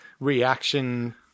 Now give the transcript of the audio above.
Reaction